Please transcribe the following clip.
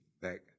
back